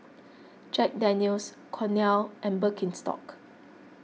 Jack Daniel's Cornell and Birkenstock